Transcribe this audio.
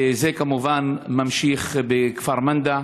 וזה כמובן ממשיך בכפר מנדא.